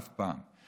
אף פעם.